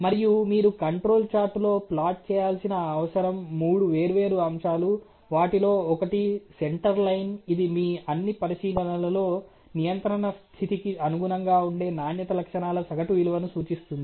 మరియు మీరు కంట్రోల్ చార్టులో ప్లాట్ చేయాల్సిన అవసరం మూడు వేర్వేరు అంశాలు వాటిలో ఒకటి సెంటర్ లైన్ ఇది మీ అన్ని పరిశీలనలలో నియంత్రణ స్థితికి అనుగుణంగా ఉండే నాణ్యత లక్షణాల సగటు విలువను సూచిస్తుంది